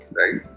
right